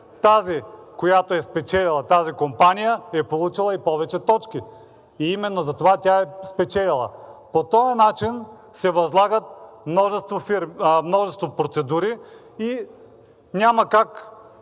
тази, която е спечелила, тази компания е получила и повече точки и именно затова тя е спечелила. По този начин се възлагат множество процедури и няма как